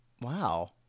Wow